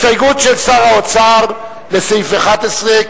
הסתייגות של שר האוצר לסעיף 11,